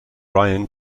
ryan